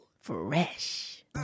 Fresh